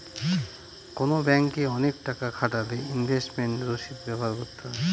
কোনো ব্যাঙ্কে অনেক টাকা খাটালে ইনভেস্টমেন্ট রসিদ ব্যবহার করতে হয়